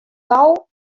tal